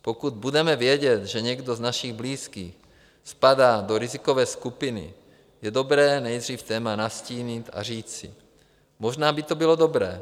Pokud budeme vědět, že někdo z našich blízkých spadá do rizikové skupiny, je dobré nejdřív téma nastínit a říci: Možná by to bylo dobré.